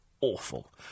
awful